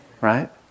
Right